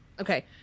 Okay